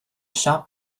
shop